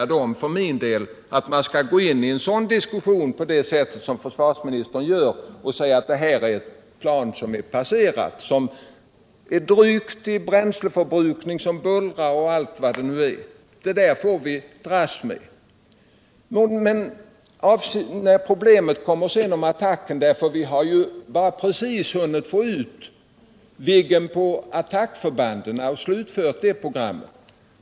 Jag är inte för rnin del övertygad om att man skall gå in ien diskussion därom på det sätt som försvarsministern gör och säga: Det här är ett plan som är passerat, som ha: hög bränsleförbrukning, som bullrar OSV. Det där får vi dras med. Man har ju bara precis hunnit få ut Viggen på attackförbanden och alltså slutfört det programmet.